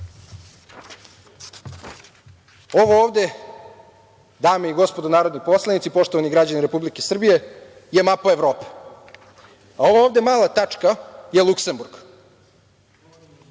ovo ovde je, dame i gospodo narodni poslanici, poštovani građani Republike Srbije, mapa Evrope. Ova ovde mala tačka je Luksemburg.